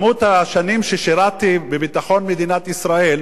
השנים ששירתי בביטחון מדינת ישראל,